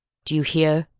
do you hear?